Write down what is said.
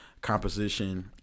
composition